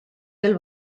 del